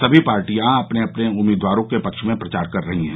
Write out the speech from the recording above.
सभी पार्टियां अपने अपने उम्मीदवारों के पक्ष में प्रचार कर रही हैं